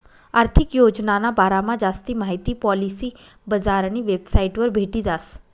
आर्थिक योजनाना बारामा जास्ती माहिती पॉलिसी बजारनी वेबसाइटवर भेटी जास